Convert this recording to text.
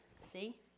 See